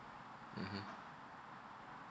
mmhmm